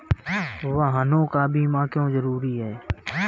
वाहनों का बीमा क्यो जरूरी है?